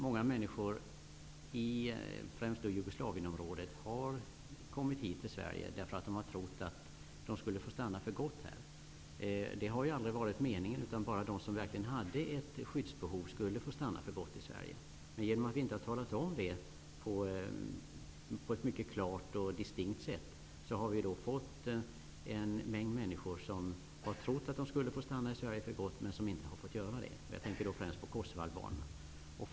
Många människor, främst i Jugoslavienområdet, har kommit till Sverige därför att de trott att de skulle få stanna här för gott. Det har aldrig varit meningen, utan det har endast gällt dem som haft ett skyddsbehov. Men på grund av att denna information inte på ett mycket klart och distinkt sätt har gått ut har vi fått hit en mängd människor som trott att de skulle få stanna i Sverige för gott, men som inte har fått göra det. Jag tänker då främst på kosovoalbanerna.